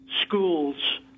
schools